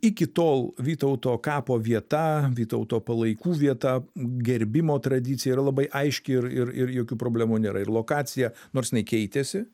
iki tol vytauto kapo vieta vytauto palaikų vieta gerbimo tradicija yra labai aiški ir ir ir jokių problemų nėra ir lokacija nors jinai keitėsi